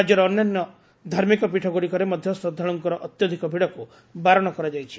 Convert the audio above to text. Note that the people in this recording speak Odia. ରାଜ୍ୟର ଅନ୍ୟାନ୍ୟ ଧାର୍ମିକପୀଠଗୁଡ଼ିକରେ ମଧ୍ଧ ଶ୍ରଦ୍ଧାଲୁଙ୍କ ଅତ୍ୟଧକ ଭିଡ଼କୁ ବାରଣ କରାଯାଇଛି